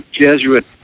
Jesuit